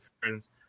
friends